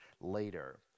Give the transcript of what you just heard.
later